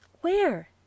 Where